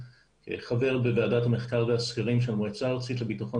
חבר בוועדת מחקר והסקרים של המועצה הארצית לביטחון